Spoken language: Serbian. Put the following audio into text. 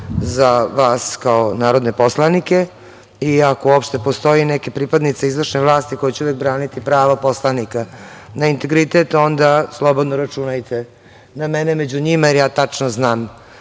za vas kao narodne poslanike i ako uopšte postoje neki pripadnici izvršne vlasti koji će uvek braniti prava poslanika na integritet, onda slobodno računajte na mene među njima, jer ja tačno znam